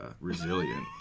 resilient